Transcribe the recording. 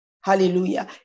Hallelujah